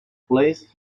place